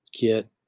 get